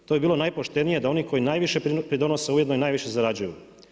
To bi bilo najpoštenije da oni koji najviše pridonose ujedno i najviše zarađuju.